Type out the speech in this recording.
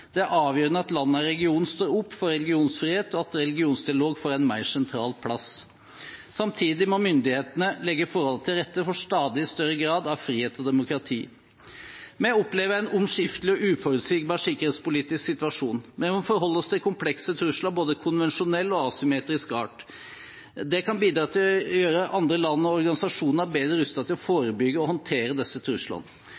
Det er avgjørende at landet og regionen står opp for religionsfrihet, og at religionsdialog får en mer sentral plass. Samtidig må myndighetene legge forholdene til rette for stadig større grad av frihet og demokrati. Vi opplever en omskiftelig og uforutsigbar sikkerhetspolitisk situasjon. Vi må forholde oss til komplekse trusler av både konvensjonell og asymmetrisk art. Det kan bidra til å gjøre andre land og organisasjoner bedre rustet til å forebygge og håndtere disse truslene.